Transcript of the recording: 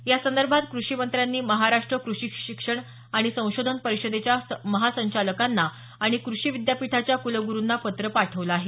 यासंदर्भात कृषी मंत्र्यांनी महाराष्ट्र कृषी शिक्षण आणि संशोधन परिषदेच्या महासंचालकांना आणि क्रषी विद्यापीठाच्या कुलगुरूंना पत्र पाठवल आहे